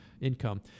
income